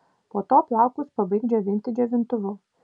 po to plaukus pabaik džiovinti džiovintuvu